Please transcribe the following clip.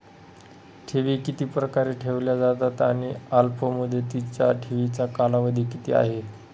ठेवी किती प्रकारे ठेवल्या जातात आणि अल्पमुदतीच्या ठेवीचा कालावधी किती आहे?